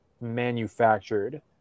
manufactured